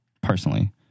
personally